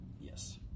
Yes